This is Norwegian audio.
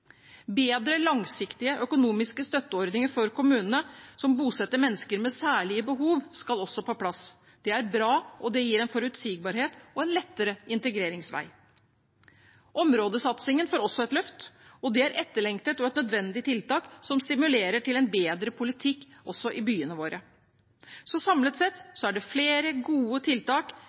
Bedre langsiktige, økonomiske støtteordninger for kommunene som bosetter mennesker med særlige behov, skal også på plass. Det er bra, og det gir en forutsigbarhet og en lettere integreringsvei. Områdesatsingen får også et løft. Det er etterlengtet og et nødvendig tiltak som stimulerer til en bedre politikk også i byene våre. Samlet sett er det flere gode tiltak,